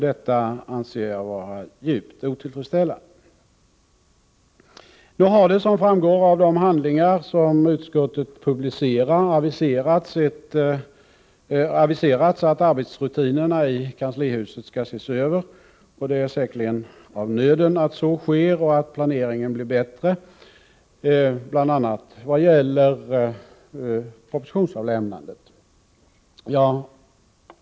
Detta anser jag vara djupt otillfredsställande. Nu har det — som framgår av de handlingar som utskottet publicerar — aviserats att arbetsrutinerna i kanslihuset skall ses över. Det är säkerligen av nöden att så sker och att planeringen blir bättre, bl.a. vad gäller propositionsavlämnandet.